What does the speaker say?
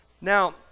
now